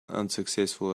unsuccessful